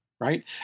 right